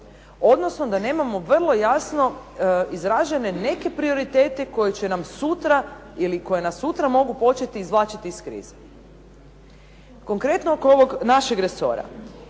odnosno da nemamo vrlo jasno izražene neke prioritete koji će nam sutra ili koji nas sutra mogu početi izvlačiti iz krize. Konkretno oko ovog našeg resora.